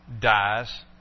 dies